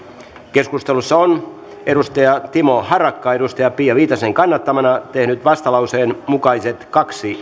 keskustelussa on timo harakka pia viitasen kannattamana tehnyt vastalauseen mukaiset kaksi